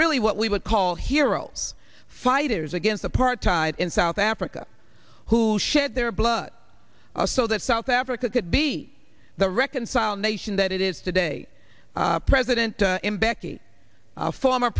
really what we would call heroes fighters against apartheid in south africa who shed their blood are so that south africa could be the reconcile nation that it is today president mbeki former